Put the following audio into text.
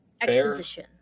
Exposition